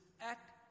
act